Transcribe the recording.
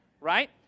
right